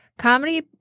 Comedy